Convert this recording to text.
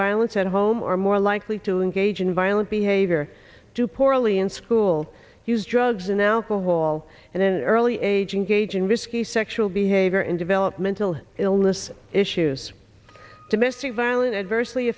violence at home are more likely to engage in violent behavior do poorly in school use drugs and alcohol and then early age in gauging risky sexual behavior in developmental illness issues domestic violence adversely